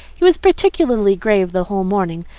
he was particularly grave the whole morning.